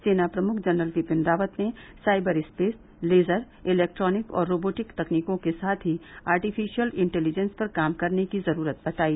सेना प्रमुख जनरल बिपिन रावत ने साइबर स्पेस लेजर इलैक्ट्रोनिक और रोबोटिक तकनीकों के साथ ही आर्टिफिशियल इंटेलीजेंस पर काम करने की जरूरत बताई